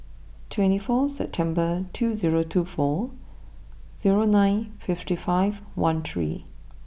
twenty four September two zero two four zero nine fifty five one three